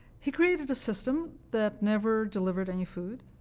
he created a system that never delivered any food.